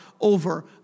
over